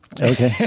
Okay